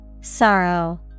Sorrow